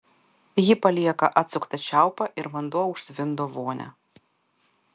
ji palieka atsuktą čiaupą ir vanduo užtvindo vonią